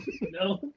No